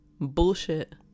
Bullshit